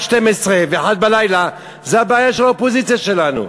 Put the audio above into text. שתים-עשרה ואחת בלילה זה הבעיה של האופוזיציה שלנו.